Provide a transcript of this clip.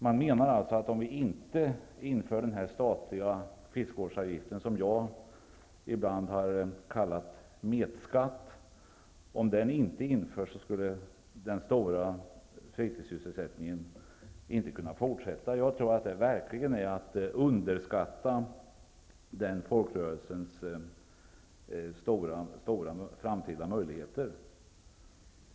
Man menar alltså att om vi inte inför den här statliga fiskevårdsavgiften, som jag ibland har kallat metskatt, skulle denna stora fritidssysselsättning inte kunna fortsätta. Jag tror att det verkligen är att underskatta den folkrörelsens stora framtida möjligheter.